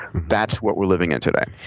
that's what we're living in today.